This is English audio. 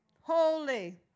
holy